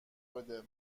بده